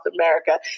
America